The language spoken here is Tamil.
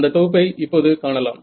அதன் தொகுப்பை இப்போது காணலாம்